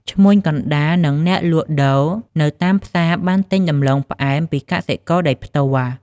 ឈ្មួញកណ្ដាល និងអ្នកលក់ដូរនៅតាមផ្សារបានទិញដំឡូងផ្អែមពីកសិករដោយផ្ទាល់។